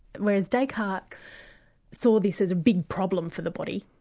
whereas descartes saw this as a big problem for the body.